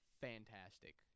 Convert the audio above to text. fantastic